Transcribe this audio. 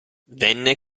venne